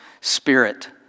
spirit